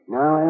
Now